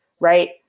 right